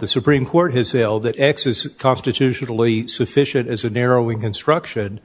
the supreme court has failed that x is constitutionally sufficient as a narrowing instruction